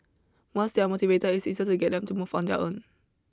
once they are motivated it's easier to get them to move on their own